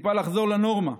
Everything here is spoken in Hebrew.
ציפה לחזור לנורמה,